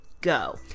go